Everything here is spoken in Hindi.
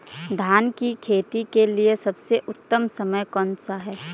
धान की खेती के लिए सबसे उत्तम समय कौनसा है?